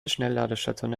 schnellladestationen